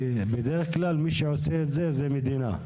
בדרך כלל מי שעושה את זה היא המדינה,